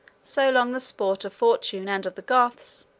so long the sport of fortune, and of the goths,